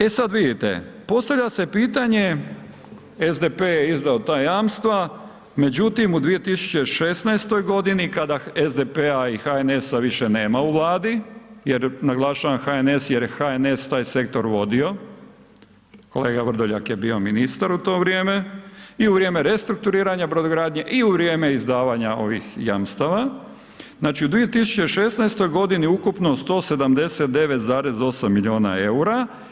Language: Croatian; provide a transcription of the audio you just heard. E sada vidjeti, postavlja se pitanje SDP je izdao ta jamstva, međutim u 2016. godini kada SDP-a i HNS-a više nema u vladi, naglašavam HNS jer je HNS taj sektor vodio, kolega Vrdoljak je bio ministar u to vrijeme i u vrijeme restrukturiranja brodogradnje i u vrijeme izdavanja ovih jamstava, znači u 2016. godini ukupno 179,8 milijuna eura.